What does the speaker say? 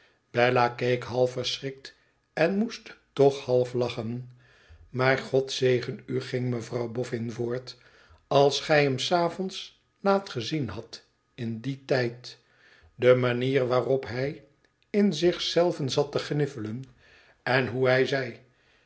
bella keek half verschrikt en moest toch half lachen maar god zegen u ng mevrouw boffin voort als gij hem s avonds laat gezien hadt m dien tijd de manier waarop hij in zich zelven zat te gniffelen en hoe hij zei